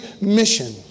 mission